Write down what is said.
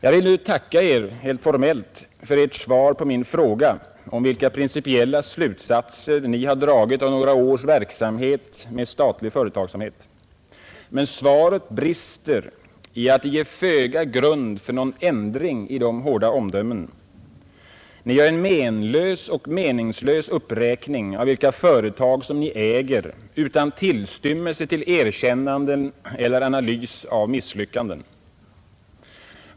Jag vill nu tacka Er helt formellt för Ert svar på min fråga om vilka principiella slutsatser Ni har dragit av några års verksamhet med statlig företagsamhet. Men svaret brister däri att det ger föga grund för någon ändring i de hårda omdömena. Ni gör en menlös och meningslös uppräkning av vilka företag Ni äger utan tillstymmelse till erkännanden eller analys av misslyckanden.